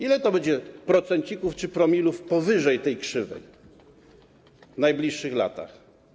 Ile to będzie procencików czy promili powyżej tej krzywej w najbliższych latach?